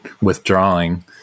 withdrawing